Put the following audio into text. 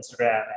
Instagram